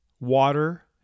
water